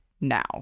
now